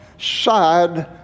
side